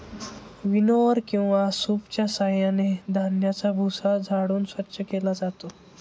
विनओवर किंवा सूपच्या साहाय्याने धान्याचा भुसा झाडून स्वच्छ केला जातो